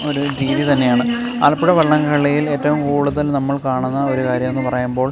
ഒരു രീതി തന്നെയാണ് ആലപ്പുഴ വള്ളംകളിയിൽ ഏറ്റവും കൂടുതൽ നമ്മൾ കാണുന്ന ഒരു കാര്യം എന്ന് പറയുമ്പോൾ